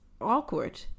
awkward